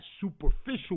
superficial